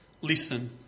Listen